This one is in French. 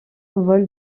vol